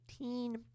2018